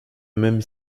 même